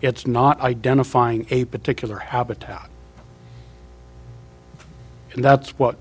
it's not identifying a particular habitat and that's what